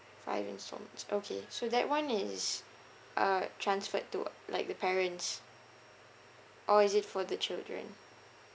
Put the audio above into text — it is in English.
five installments okay so that [one] it is uh transferred to like the parents or is it for the children